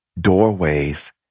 doorways